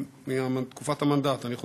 מתקופת המנדט, אני חוזר.